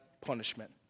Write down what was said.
punishment